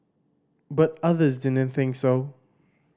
but others didn't think so